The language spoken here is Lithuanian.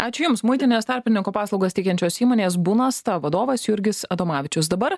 ačiū jums muitinės tarpininko paslaugas teikiančios įmonės bunasta vadovas jurgis adomavičius dabar